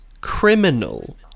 criminal